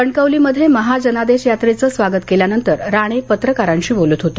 कणकवलीमध्ये महाजनादेश यात्रेचं स्वागत केल्यानंतर राणें पत्रकारांशी बोलत होते